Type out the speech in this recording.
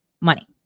Money